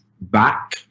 back